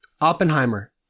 Oppenheimer